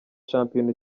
shampiyona